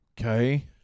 Okay